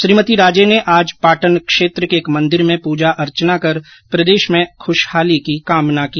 श्रीमती राजे ने आज पाटन क्षेत्र के एक मंदिर में पूजा अर्चना कर प्रदेश में खुशहाली की कामना की